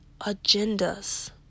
agendas